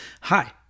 Hi